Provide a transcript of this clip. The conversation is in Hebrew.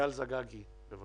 אייל זגגי, בבקשה.